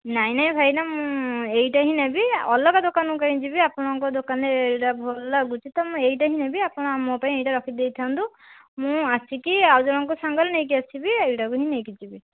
ନାଇଁ ନାଇଁ ଭାଇନା ମୁଁ ଏଇଟା ହିଁ ନେବି ଅଲଗା ଦୋକାନକୁ କାହିଁକି ଯିବି ଆପଣଙ୍କ ଦୋକାନରେ ଏଇଟା ଭଲ ଲାଗୁଛି ତ ଏଇଟା ହିଁ ନେବି ଆପଣ ମୋ ପାଇଁ ଏଇଟା ରଖିଦେଇଥାନ୍ତୁ ମୁଁ ଆସିକି ଆଉ ଜଣଙ୍କୁ ସାଙ୍ଗରେ ନେଇକି ଆସିବି ଏଇଟାକୁ ହିଁ ନେଇକି ଯିବି